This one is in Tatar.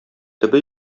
төбе